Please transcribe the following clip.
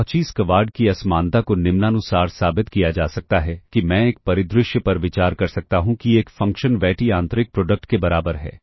Cauchy स्क्वाड की असमानता को निम्नानुसार साबित किया जा सकता है कि मैं एक परिदृश्य पर विचार कर सकता हूं कि एक फ़ंक्शन y t आंतरिक प्रोडक्ट के बराबर है